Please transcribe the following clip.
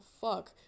fuck